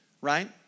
right